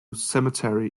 cemetery